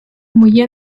моє